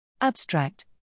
Abstract